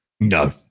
no